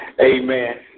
Amen